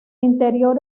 interior